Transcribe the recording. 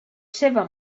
seva